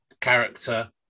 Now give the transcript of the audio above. character